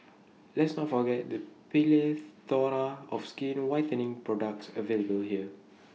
let's not forget the of skin whitening products available here